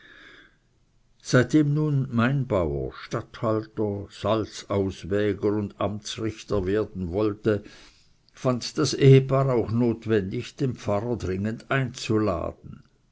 seitdem nun mein bauer statthalter salzauswäger und amtsrichter werden wollte fand das ehepaar auch notwendig den pfarrer dringend einzuladen